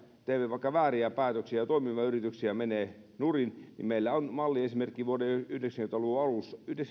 teemme vaikka vääriä päätöksiä ja ja toimivia yrityksiä menee nurin niin meillä on malliesimerkki yhdeksänkymmentä luvun